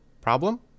Problem